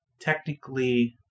technically